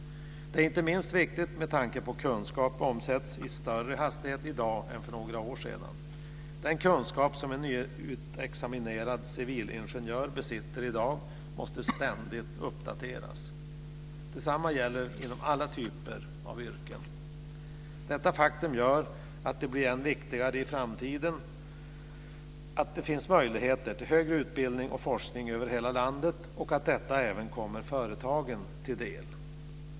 Det är inte minst viktigt med tanke på att kunskap omsätts med större hastighet i dag än för några år sedan. Den kunskap som en nyutexaminerad civilingenjör besitter i dag måste ständigt uppdateras. Detsamma gäller inom alla typer av yrken. Detta faktum gör att det blir än viktigare i framtiden att det finns möjligheter till högre utbildning och forskning över hela landet och att de möjligheterna även kommer företagen till del.